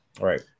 Right